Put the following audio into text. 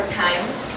times